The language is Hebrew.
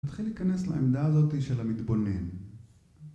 תתחיל להיכנס לעמדה הזאתי של המתבונן